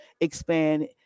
expand